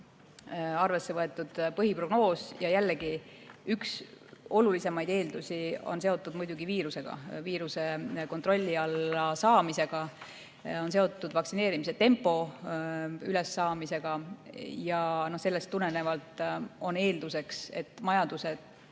arvesse võetud põhiprognoos ja üks olulisimaid eeldusi on seotud muidugi viirusega, viiruse kontrolli alla saamisega, vaktsineerimise tempo üles saamisega. Sellest tulenevalt on eelduseks, et majanduse